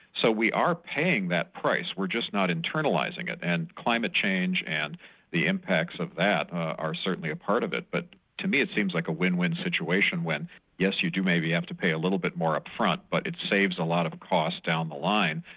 so we are paying that price, we're just not internalising it, and climate change and the impacts of that are certainly a part of it. but to me, it seems like a win-win situation when yes, you do maybe have to pay a little bit more upfront, but it saves a lot of cost down the line,